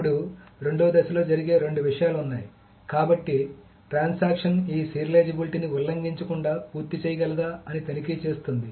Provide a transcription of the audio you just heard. ఇప్పుడు రెండవ దశలో జరిగే రెండు విషయాలు ఉన్నాయి కాబట్టి ట్రాన్సాక్షన్ ఈ సీరియలైజేబిలిటీని ఉల్లంఘించకుండా పూర్తి చేయగలదా అని తనిఖీ చేస్తుంది